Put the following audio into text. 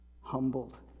humbled